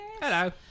Hello